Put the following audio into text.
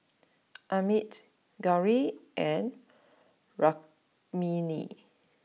Amit Gauri and Rukmini